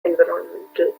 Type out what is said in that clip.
environmental